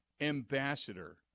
ambassador